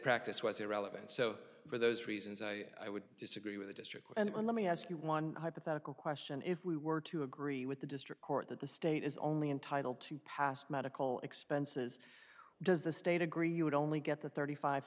practice was irrelevant so for those reasons i would disagree with the district and let me ask you one hypothetical question if we were to agree with the district court that the state is only entitled to past medical expenses does the state agree you would only get the thirty five